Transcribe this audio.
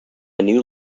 new